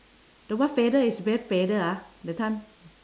the what feather is very feather ah that time